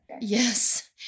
Yes